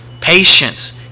patience